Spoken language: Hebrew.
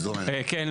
דרור בוימל כן,